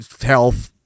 health